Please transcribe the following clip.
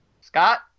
Scott